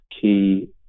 key